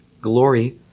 Glory